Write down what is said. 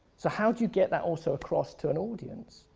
so how do you get that also across to an audience?